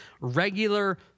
regular